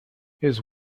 his